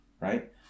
right